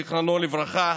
זיכרונו לברכה,